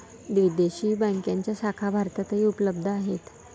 विदेशी बँकांच्या शाखा भारतातही उपलब्ध आहेत